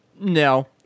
No